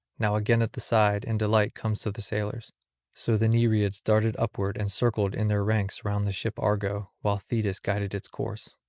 now again at the side and delight comes to the sailors so the nereids darted upward and circled in their ranks round the ship argo, while thetis guided its course.